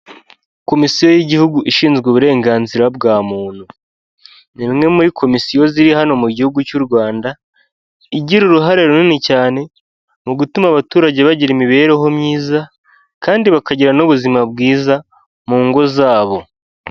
Komisiyo y'igihugu ishinzwe uburenganzira bwa muntu, ni imwe muri komisiyo ziri hano mu gihugu cy'u Rwanda igira uruhare runini cyane mu gutuma abaturage bagira imibereho myiza kandi bakagira n'ubuzima bwiza mu ngo zabo.